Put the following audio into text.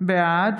בעד